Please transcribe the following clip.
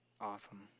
awesome